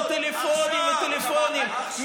כי הם מרגישים את עצמם חלק מהלאום הזה,